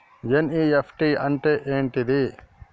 NEFT అంటే ఏంటిది?